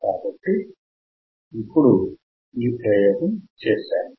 కాబట్టి ఇప్పుడు ఈ ప్రయోగము చేశాము